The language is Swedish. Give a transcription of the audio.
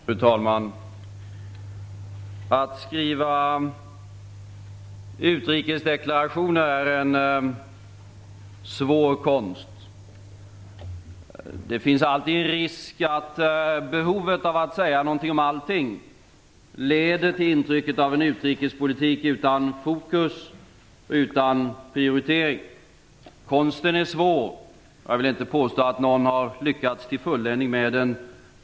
Fru talman! Att skriva utrikesdeklarationer är en svår konst. Det finns alltid risk att behovet av att säga någonting om allting leder till intrycket av en utrikespolitik utan fokus och utan prioritering. Konsten är svår. Jag vill inte påstå att någon har lyckats till fulländning med den.